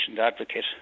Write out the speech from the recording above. advocate